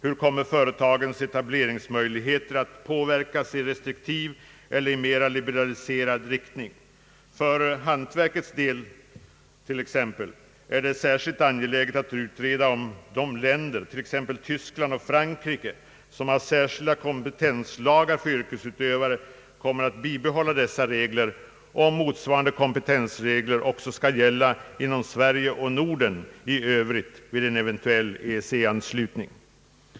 Hur kommer företagens etableringsmöjligheter att påverkas i restriktiv eller i mera liberaliserad riktning? För hantverkets del t.ex. är det särskilt angeläget att utreda om de länder, t.ex. Tyskland och Frankrike, som har särskilda kompetenslagar för yrkesutövare, kommer att bibehålla dessa regler och om motsvarande kompetensregler också skall gälla inom Sverige och Norden i övrigt vid en eventuell EEC anslutning.